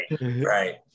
right